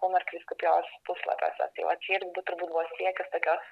kaunas kriskupijos puslapiuose tai vat čia ir būt turbūt buvo siekis tokios